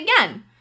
again